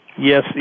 Yes